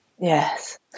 Yes